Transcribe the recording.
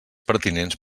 pertinents